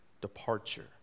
departure